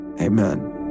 amen